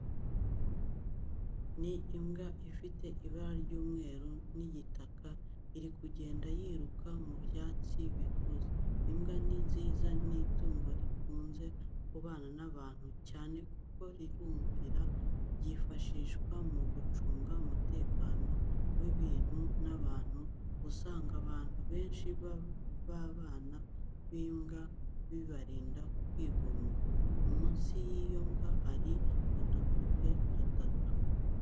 Ni imbwa ifite ibara ry'umweru n'igitaka, iri kugenda yiruka mu byatsi bikuze. Imbwa ni nziza ni itungo rikunze kubana n'abantu cyane kuko rirumvira, ryifashishwa mu gucunga umutekano w'ibintu n'abantu, usanga abantu benshi babana n'imbwa, bibarinda kwigunga. Munsi y'iyo mbwa hari udupupe dutatu.